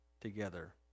together